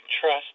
trust